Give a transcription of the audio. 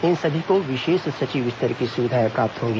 इन सभी को विशेष सचिव स्तर की सुविधाएं प्राप्त होंगी